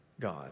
God